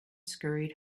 scurried